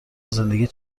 زندگیت